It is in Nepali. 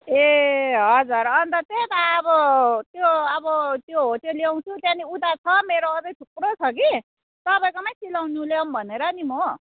ए हजुर अन्त त्यही त अब त्यो अब त्यो हो त्यो ल्याउँछु अन्त उता छ मेरो अझै थुप्रो छ कि तपाईँकोमै सिलाउनु ल्याउँ भनेर नि म